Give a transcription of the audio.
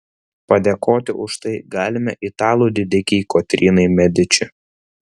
padėkoti už tai galime italų didikei kotrynai mediči